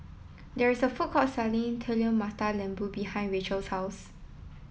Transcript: there is a food court selling Telur Mata Lembu behind Racheal's house